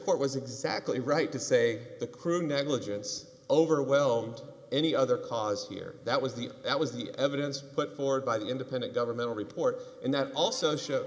court was exactly right to say the crude negligence overwhelmed any other cause here that was the that was the evidence put forward by the independent governmental report and that also shows